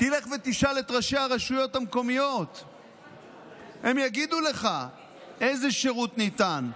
תלך ותשאל את הרשויות המקומיות; הן יגידו לך איזה שירות ניתן,